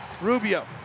Rubio